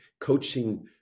coaching